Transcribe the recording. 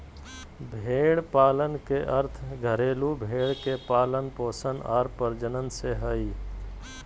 भेड़ पालन के अर्थ घरेलू भेड़ के पालन पोषण आर प्रजनन से हइ